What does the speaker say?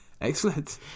Excellent